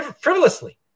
frivolously